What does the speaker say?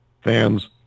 fans